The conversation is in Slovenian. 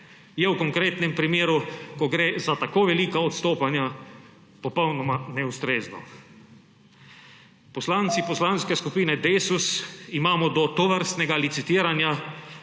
je v konkretnem primeru, ko gre za tako velika odstopanja, popolnoma neustrezno. Poslanci Poslanske skupine Desus imamo do tovrstnega licitiranja